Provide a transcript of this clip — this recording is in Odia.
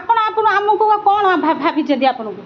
ଆପଣ ଆପଣ ଆମକୁ କ'ଣ ଭାବିଛନ୍ତି ଆପଣଙ୍କୁ